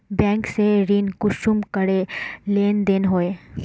Bank से ऋण कुंसम करे लेन देन होए?